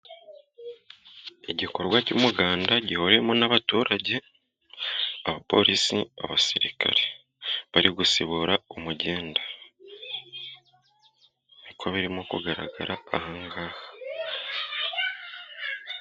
Igikorwa cy'umuganda gihuriwemo n'abaturage, polisi abasirikare. Bari gusibura umugende ni ko birimo kugaragara aha ngaha.